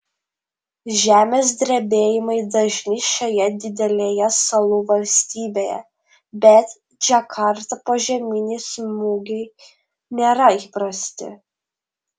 žemės drebėjimai dažni šioje didelėje salų valstybėje bet džakartą požeminiai smūgiai nėra įprasti